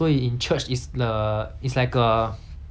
怎样讲 ah 很像一个 hostel 来的